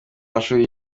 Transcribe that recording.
mashuri